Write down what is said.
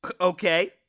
Okay